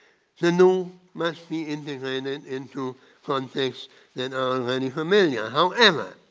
the known must be integrated and into conflicts that are already familiar. however,